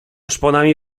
szponami